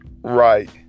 right